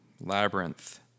labyrinth